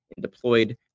deployed